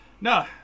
no